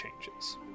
changes